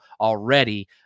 already